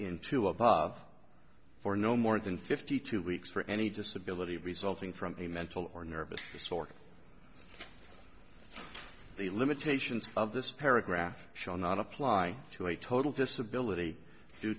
two above for no more than fifty two weeks for any disability resulting from a mental or nervous disorder the limitations of this paragraph shall not apply to a total disability due